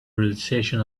realization